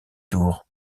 tour